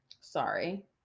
Sorry